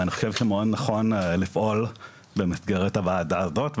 ואני חושב שמאוד נכון לפעול במסגרת הוועדה הזאת,